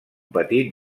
petit